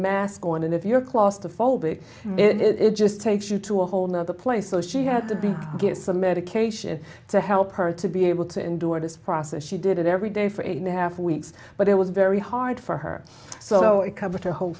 mask on and if you're claustrophobic it just takes you to a whole nother place so she had to be get some medication to help her to be able to endure this process she did it every day for eight and a half weeks but it was very hard for her so it covered her whole